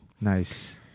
nice